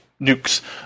nukes